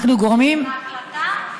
מתכוונת להקלטה?